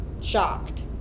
shocked